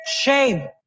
Shame